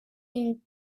une